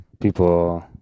people